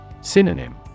Synonym